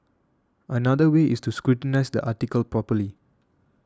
another way is to scrutinise the article properly